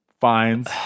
fines